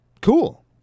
Cool